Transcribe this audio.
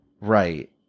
Right